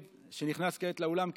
שנכנס כעת לאולם,